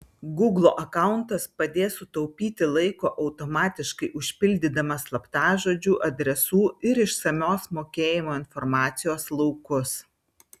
gūglo akauntas padės sutaupyti laiko automatiškai užpildydamas slaptažodžių adresų ir išsamios mokėjimo informacijos laukus